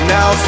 Now